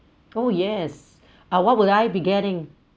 oh yes I what would I be getting